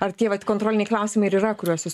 ar tie vat kontroliniai klausimai ir yra kuriuos jūs